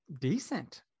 decent